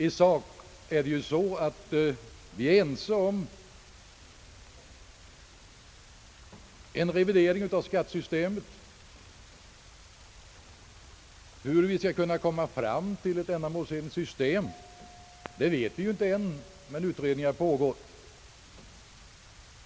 I sak är vi ense om en revidering av skattesystemet. Hur vi skall kunna komma fram till ett ändamålsenligt system vet vi inte än, men utredningar pågår.